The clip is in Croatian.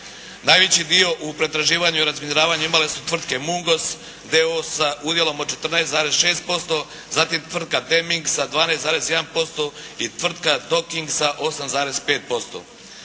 Najveći dio u pretraživanju i razminiravanju imale su tvrtke MUNGOS d.o.o. sa udjelom od 14,6% zatim tvrtka "Deming" sa 12,1% i tvrtka "Doking" sa 8,5%.